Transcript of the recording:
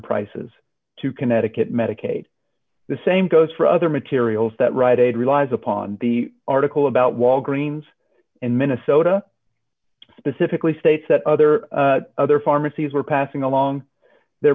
prices to connecticut medicaid the same goes for other materials that rite aid relies upon the article about walgreens in minnesota specifically states that other other pharmacies were passing along their